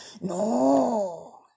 No